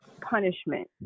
punishment